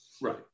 Right